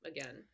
again